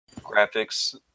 graphics